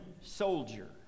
soldier